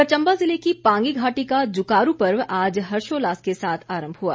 इधर चंबा जिले की पांगी घाटी का जुकारू पर्व आज हर्षोल्लास के साथ आरंभ हुआ